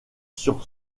sur